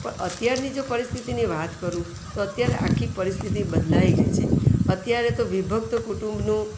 પણ અત્યારની જો પરિસ્થિતિની વાત કરું તો અત્યારે આખી પરિસ્થતિ બદલાઈ ગઈ છે અત્યારે તો વિભક્ત કુટુંબનું